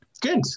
good